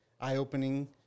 eye-opening